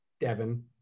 Devin